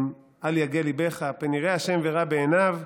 "פן יראה ה' ורע בעיניו,